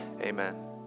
Amen